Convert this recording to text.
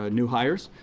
ah new hires.